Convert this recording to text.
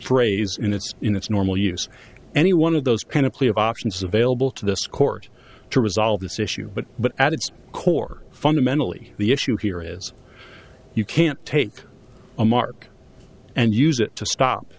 phrase in its in its normal use any one of those kind of plea of options available to this court to resolve this issue but but at its core fundamentally the issue here is you can't take a mark and use it to stop